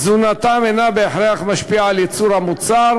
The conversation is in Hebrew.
תזונתן אינה בהכרח משפיעה על ייצור המוצר,